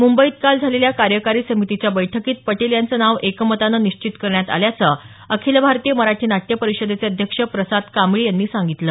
मुंबईत काल झालेल्या कार्यकारी समितीच्या बैठकीत पटेल यांचं नाव एकमतानं निश्चित करण्यात आल्याचं अखिल भारतीय मराठी नाट्य परिषदेचे अध्यक्ष प्रसाद कांबळी यांनी सांगितलं